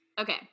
Okay